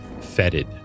fetid